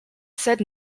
said